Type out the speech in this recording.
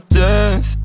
death